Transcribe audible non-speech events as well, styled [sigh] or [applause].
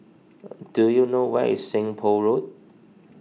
[noise] do you know where is Seng Poh Road